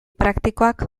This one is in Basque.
praktikoak